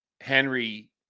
Henry